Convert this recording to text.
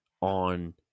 on